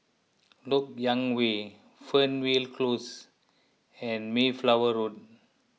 Lok Yang Way Fernvale Close and Mayflower Road